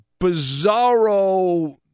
bizarro